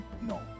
No